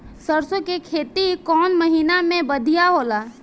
सरसों के खेती कौन महीना में बढ़िया होला?